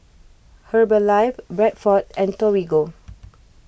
Herbalife Bradford and Torigo